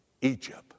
Egypt